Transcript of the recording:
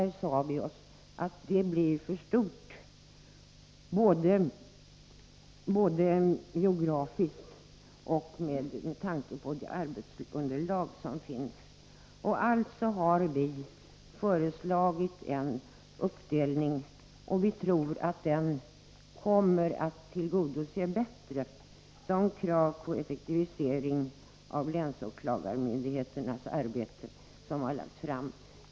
Vi sade oss att det skulle bli ett alltför stort verksamhetsområde både geografiskt och med tanke på arbetsunderlaget. Vi har alltså föreslagit en uppdelning, som vi tror bättre kommer att tillgodose kraven på effektivisering av länsåklagarmyndigheternas arbete.